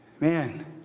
man